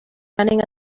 running